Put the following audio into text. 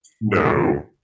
No